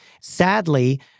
Sadly